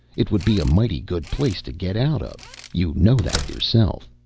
it would be a mighty good place to get out of you know that, yourself.